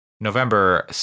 November